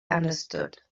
understood